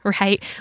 right